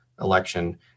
election